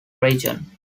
region